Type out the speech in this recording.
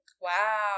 Wow